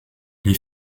les